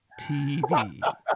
TV